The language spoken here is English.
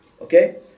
Okay